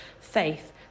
faith